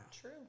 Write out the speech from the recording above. True